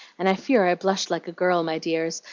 and i fear i blushed like a girl, my dears,